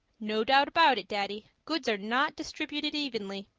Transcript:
no doubt about it, daddy, goods are not distributed evenly.